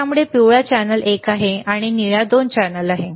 त्यामुळे पिवळा चॅनेल एक आहे आणि निळा चॅनेल 2 आहे